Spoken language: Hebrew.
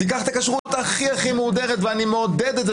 אני מעודד את זה.